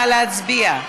נא להצביע.